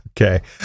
Okay